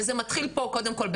וזה מתחיל פה קודם כל,